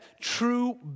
true